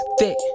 thick